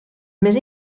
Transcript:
més